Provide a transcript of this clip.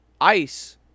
ice